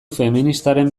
feministaren